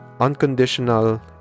unconditional